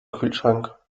kühlschrank